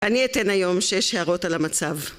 אני אתן היום שש הערות על המצב.